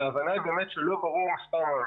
ההבנה היא שלא ברור מספר המעונות.